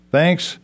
Thanks